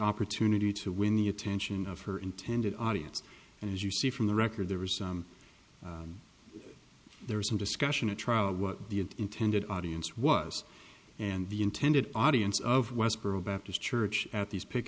opportunity to win the attention of her intended audience and as you see from the record there were some there was some discussion to try out what the intended audience was and the intended audience of westboro baptist church at these pick